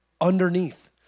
Underneath